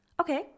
okay